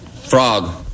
Frog